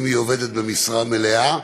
אם היא עובדת במשרה מלאה,